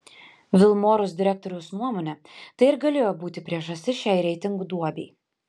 vilmorus direktoriaus nuomone tai ir galėjo būti priežastis šiai reitingų duobei